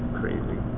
crazy